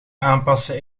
aanpassen